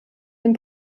den